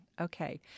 Okay